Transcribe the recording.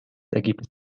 ergebnis